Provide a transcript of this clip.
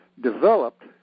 developed